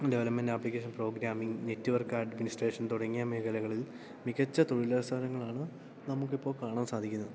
development application programming network administration തുടങ്ങിയ മേഖലകളിൽ മികച്ച തൊഴിലവസരങ്ങളാണ് നമുക്കിപ്പോൾ കാണാൻ സാധിക്കുന്നത്